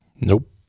Nope